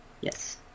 Yes